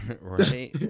Right